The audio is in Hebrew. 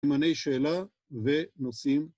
‫סימני שאלה ונושאים.